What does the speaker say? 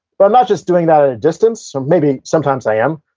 but, i'm not just doing that at a distance, or maybe sometimes i am,